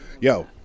Yo